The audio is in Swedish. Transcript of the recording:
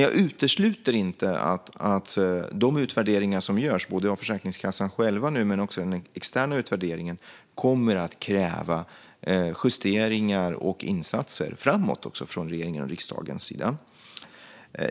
Jag utesluter inte att de utvärderingar som görs, både Försäkringskassans egen och den externa utvärderingen, kommer att kräva justeringar och insatser framöver från regeringen och riksdagen.